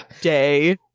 day